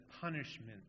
punishment